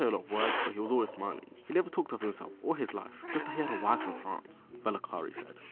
of words, but he was always smiling. he never talked of himself or his life, just that he had a wife in france, valakari said.